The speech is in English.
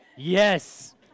Yes